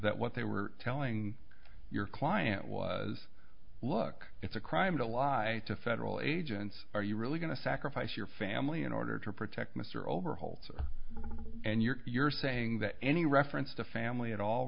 that what they were telling your client was look it's a crime to lie to federal agents are you really going to sacrifice your family in order to protect mr overhauls and you're saying that any reference to family at all